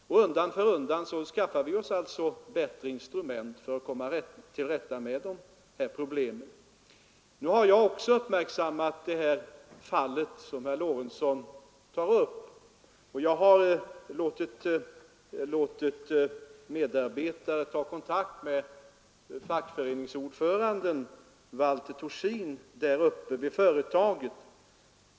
Undan för undan skaffar vi oss alltså bättre instrument för att lösa dessa problem. Nu har jag också uppmärksammat det här fallet som herr Lorentzon tar upp, och jag har låtit medarbetare ta kontakt med fackföreningsordföranden Valter Thorsin vid företaget.